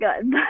good